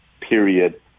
period